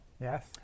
Yes